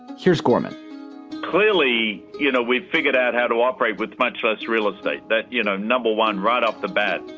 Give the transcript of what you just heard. here's gorman clearly, you know, we've figured out how to operate with much less real estate that, you know, number one, right off the bat.